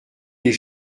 les